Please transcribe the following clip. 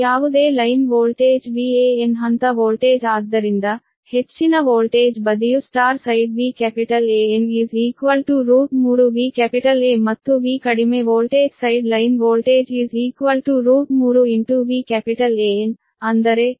ಯಾವುದೇ line voltage VAn ಹಂತ voltage ಆದ್ದರಿಂದ ಹೆಚ್ಚಿನ ವೋಲ್ಟೇಜ್ ಬದಿಯು Y ಸೈಡ್ VAn 3 VAn ಮತ್ತು V ಕಡಿಮೆ voltage side line voltage 3 VAn ಅಂದರೆ ಈ VAn ವಾಸ್ತವವಾಗಿ ಸಮಾನವಾದ Y